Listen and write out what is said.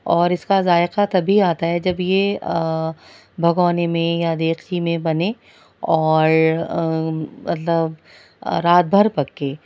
اور اس کا ذائقہ تبھی آتا ہے جب یہ بھگونے میں یا دیگچی میں بنے اور مطلب رات بھر پکے